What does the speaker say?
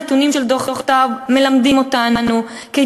הנתונים של דוח טאוב מלמדים אותנו כיצד